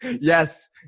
Yes